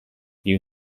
new